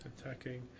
attacking